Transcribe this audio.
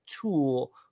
tool